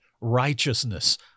righteousness